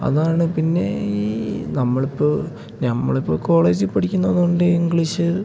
അതാണ് പിന്നെ ഈ നമ്മളിപ്പോൾ ഞമ്മളിപ്പോൾ കോളേജ് പഠിക്കുന്നതു കൊണ്ട് ഇംഗ്ലീഷ്